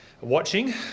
watching